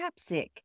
ChapStick